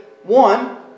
One